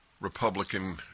Republican